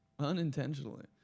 unintentionally